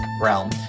realm